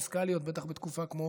פיסקליות, ובטח בתקופה כמו